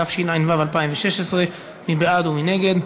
התשע"ו 2016. מי בעד ומי נגד?